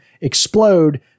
explode